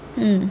mm